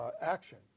Action